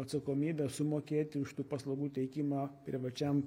atsakomybę sumokėti už tų paslaugų teikimą privačiam